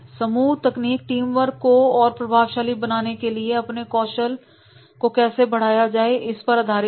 समूह तकनीक टीमवर्क को और प्रभावशाली बनाने के लिए अपने कौशल को कैसे बढ़ाया जाए इस पर आधारित है